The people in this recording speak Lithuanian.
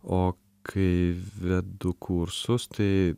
o kai vedu kursus tai